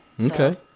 Okay